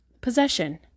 possession